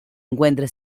encuentra